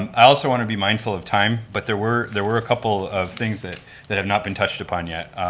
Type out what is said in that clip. um i also want to be mindful of time, but there were there were a couple of things that that had not been touched upon yet.